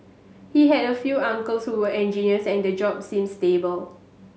he had a few uncles who were engineers and the job seemed stable